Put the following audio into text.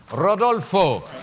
rodolfo.